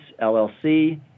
LLC